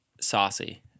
saucy